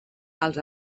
els